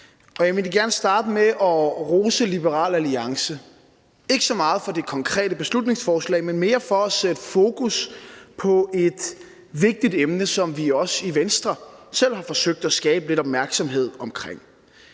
jeg vil gerne starte med at rose Liberal Alliance, ikke så meget for det konkrete beslutningsforslag, men mere for at sætte fokus på et vigtigt emne, som vi også i Venstre selv har forsøgt at skabe lidt opmærksomhed om,